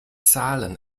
zahlen